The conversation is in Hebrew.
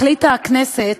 החליטה הכנסת,